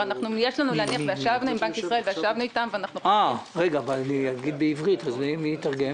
ישבנו עם בנק ישראל, וישבנו איתם, ואנחנו חושבים